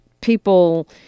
people